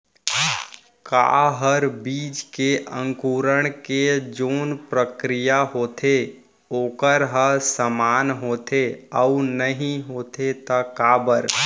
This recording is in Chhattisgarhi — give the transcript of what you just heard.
का हर बीज के अंकुरण के जोन प्रक्रिया होथे वोकर ह समान होथे, अऊ नहीं होथे ता काबर?